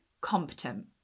competent